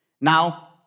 Now